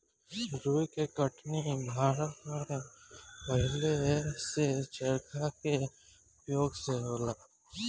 रुई के कटनी भारत में पहिलेही से चरखा के उपयोग से होला